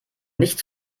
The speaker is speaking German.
nicht